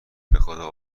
بخدا